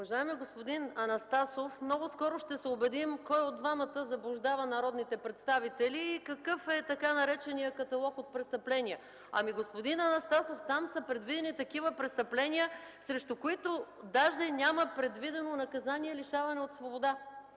Уважаеми господин Анастасов, много скоро ще се убедим кой от двамата заблуждава народните представители и какъв е така нареченият каталог от престъпления. Господин Анастасов, там са предвидени такива престъпления, срещу които даже няма предвидено наказание лишаване от свобода